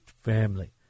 family